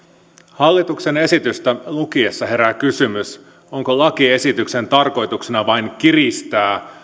hallituksen esitystä lukiessa herää kysymys onko lakiesityksen tarkoituksena vain kiristää